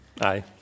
Aye